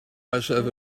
myself